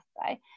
right